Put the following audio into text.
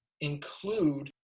include